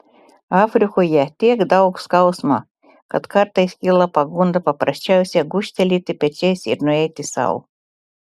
afrikoje tiek daug skausmo kad kartais kyla pagunda paprasčiausiai gūžtelėti pečiais ir nueiti sau